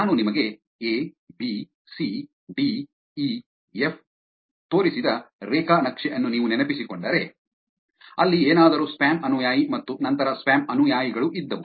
ನಾನು ನಿಮಗೆ A B C D E F ತೋರಿಸಿದ ರೇಖಾ ನಕ್ಷೆ ಅನ್ನು ನೀವು ನೆನಪಿಸಿಕೊಂಡರೆ ಅಲ್ಲಿ ಏನಾದರೂ ಸ್ಪ್ಯಾಮ್ ಅನುಯಾಯಿ ಮತ್ತು ನಂತರ ಸ್ಪ್ಯಾಮ್ ಅನುಯಾಯಿಗಳು ಇದ್ದವು